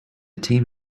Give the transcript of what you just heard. team